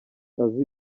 azi